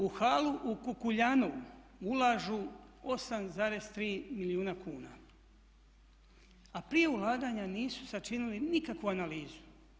U halu u Kukuljanovu ulažu 8,3 milijuna kuna, a prije ulaganja nisu sačinili nikakvu analizu.